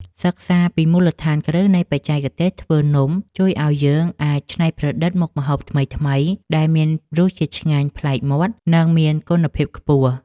សិក្សាពីមូលដ្ឋានគ្រឹះនៃបច្ចេកទេសធ្វើនំជួយឱ្យយើងអាចច្នៃប្រឌិតមុខម្ហូបថ្មីៗដែលមានរសជាតិឆ្ងាញ់ប្លែកមាត់ និងមានគុណភាពខ្ពស់។